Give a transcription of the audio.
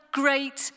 great